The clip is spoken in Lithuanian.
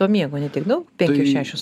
to miego ne tiek daug penkios šešios